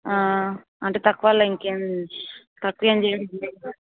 అంటే తక్కువలో ఇంకేమి తక్కువేమి చేయరు